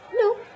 No